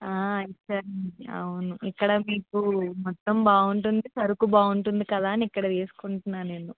సరేనండి అవును ఇక్కడ మీకు మొత్తం బాగుంటుంది సరుకు బాగుంటుంది కదా అని ఇక్కడ తీసుకుంటాను నేను